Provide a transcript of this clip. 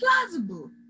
plausible